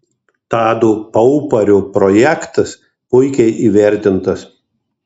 tado paupario projektas puikiai įvertintas